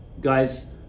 guys